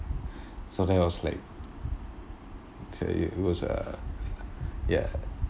so that was like it was a ya